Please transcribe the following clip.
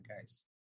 guys